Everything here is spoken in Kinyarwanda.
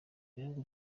ibihugu